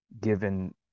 given